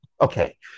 Okay